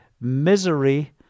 misery